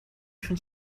شون